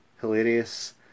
hilarious